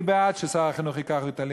אני בעד ששר החינוך ייקח "ריטלין".